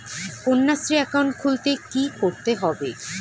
Kanyashree account খুলতে কী করতে হবে?